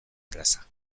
erraza